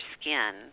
skin